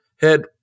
head